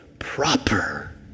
Proper